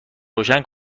روشن